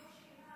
יש לי שאלה,